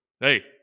hey